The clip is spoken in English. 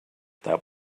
that